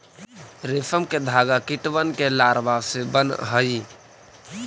रेशम के धागा कीटबन के लारवा से बन हई